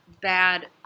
bad